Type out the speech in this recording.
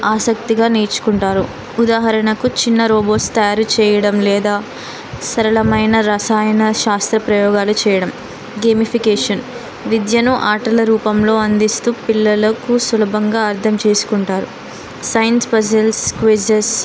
ఆసక్తిగా నేర్చుకుంటారు ఉదాహరణకు చిన్న రోబోస్ తయారు చెయ్యడం లేదా సరళమైన రసాయన శాస్త్ర ప్రయోగాలు చెయ్యడం గేమిఫికేషన్ విద్యను ఆటల రూపంలో అందిస్తూ పిల్లలు సులభంగా అర్థం చేసుకుంటారు సైన్స్ పజిల్స్ క్విజెస్